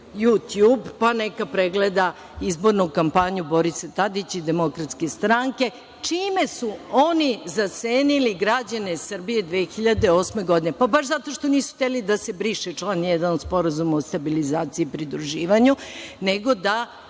„Jutjub“ pa neka pregleda izbornu kampanju Borisa Tadića i DS, čime su oni zasenili građane Srbije 2008. godine. Pa baš zato nisu hteli da se briše član 1. Sporazuma o stabilizaciji i pridruživanju nego da